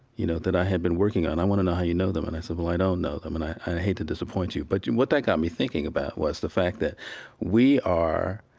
you know, that i had been working on. i want to know how you know them. and i said, well, i don't know them and i hate to disappoint you. but and what that got me thinking about was the fact that we are